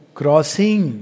crossing